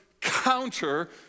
counter